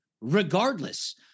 regardless